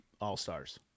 all-stars